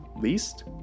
least